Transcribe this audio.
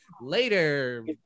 later